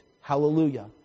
Hallelujah